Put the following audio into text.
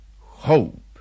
hope